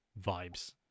vibes